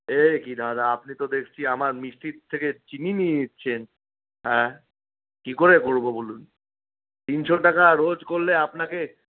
এ কি দাদা আপনি তো দেখছি আমার মিষ্টি থেকে চিনি নিয়ে নিচ্ছেন হ্যাঁ কী করে করবো বলুন তিনশো টাকা রোজ করলে আপনাকে